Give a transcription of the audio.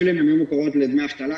אפילו אם הן היו מוכרות לדמי אבטלה,